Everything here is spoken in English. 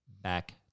back